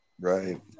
right